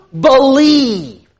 believe